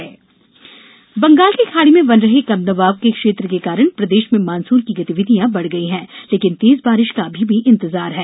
मौसम बंगाल की खाड़ी में बन रहे कम दबाव के क्षेत्र के कारण प्रदेश में मॉनसून की गतिविधियां बढ़ गई हैं लेकिन तेज बारिश का अभी भी इंतजार है